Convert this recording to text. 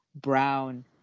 Brown